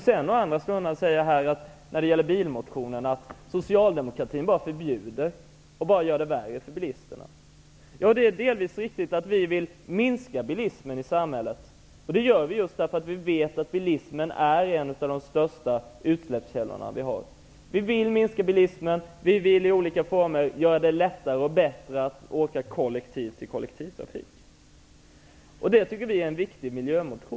Å andra sidan säger han, när det gäller bilmotionerna, att Socialdemokraterna bara förbjuder och bara gör det värre för bilisterna. Det är delvis riktigt att vi vill minska bilismen i samhället. Det gör vi för att vi vet att bilismen är en av de största utsläppskällor vi har. Vi vill minska bilismen. Vi vill i olika former göra det lättare och bättre att åka kollektivt. Det tycker vi är en viktig miljöpolitik.